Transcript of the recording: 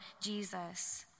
Jesus